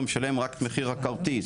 משלם רק את מחיר הכרטיס.